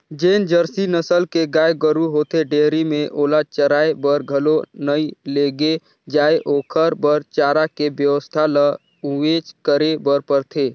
जेन जरसी नसल के गाय गोरु होथे डेयरी में ओला चराये बर घलो नइ लेगे जाय ओखर बर चारा के बेवस्था ल उहेंच करे बर परथे